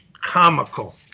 comical